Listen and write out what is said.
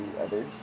others